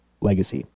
Legacy